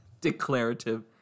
Declarative